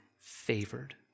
favored